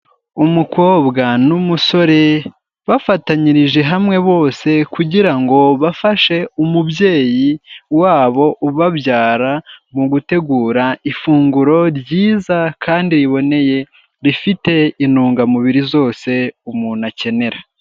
Umukobwa n'umusore bafatanyirije hamwe bose kugira ngo bafashe umubyeyi wabo ubabyara mu gutegura ifunguro ryiza kandi riboneye rifite intungamubiri zose umuntu akenera.